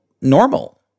normal